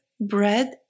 bread